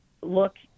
look